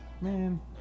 Man